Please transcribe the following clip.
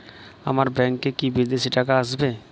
আমার ব্যংকে কি বিদেশি টাকা আসবে?